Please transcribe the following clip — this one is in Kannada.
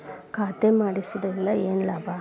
ಖಾತೆ ಮಾಡಿಸಿದ್ದರಿಂದ ಏನು ಲಾಭ?